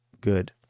good